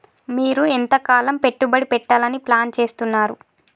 మీరు ఎంతకాలం పెట్టుబడి పెట్టాలని ప్లాన్ చేస్తున్నారు?